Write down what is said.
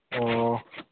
ꯑꯣ